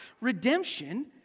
redemption